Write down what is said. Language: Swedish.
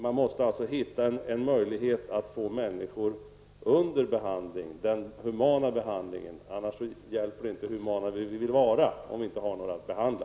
Man måste kunna hitta en möjlighet att få människor under behandling. Det hjälper inte hur humana vi vill vara, om vi inte har några att behandla.